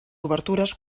obertures